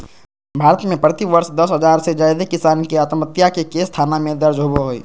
भारत में प्रति वर्ष दस हजार से जादे किसान के आत्महत्या के केस थाना में दर्ज होबो हई